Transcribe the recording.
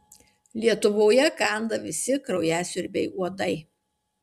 lietuvoje kanda visi kraujasiurbiai uodai